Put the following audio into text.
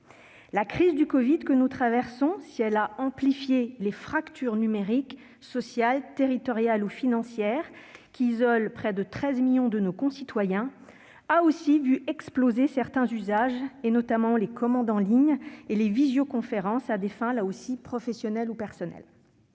La crise du covid a certes amplifié les fractures numériques, sociales, territoriales ou financières qui isolent près de 13 millions de nos concitoyens, mais elle a aussi fait exploser certains usages, dont les commandes en ligne et les visioconférences, à des fins tant professionnelles que personnelles.